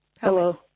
Hello